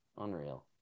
unreal